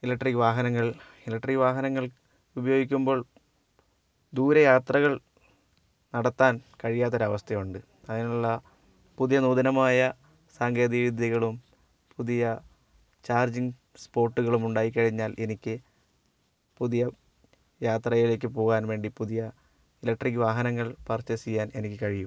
electric വാഹനങ്ങൾ electric വാഹനങ്ങൾ ഉപയോഗിക്കുമ്പോൾ ദൂരെ യാത്രകൾ നടത്താൻ കഴിയാത്തൊരവസ്ഥയുണ്ട് അയിനുള്ള പുതിയ നൂതനമായ സാങ്കേന്തിക വിദ്യകളും പുതിയ ചാർജിങ്ങ് സ്പോട്ടുകളും ഉണ്ടായിക്കഴിഞ്ഞാൽ എനിക്ക് പുതിയ യാത്രയിലേക്ക് പോകാൻവേണ്ടി പുതിയ ഇലട്രിക് വാഹനങ്ങൾ പർച്ചേയ്സ് ചെയ്യാൻ എനിക്ക് കഴിയും